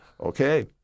Okay